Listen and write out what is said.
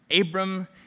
Abram